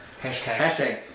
Hashtag